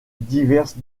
diverses